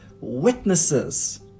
witnesses